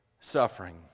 suffering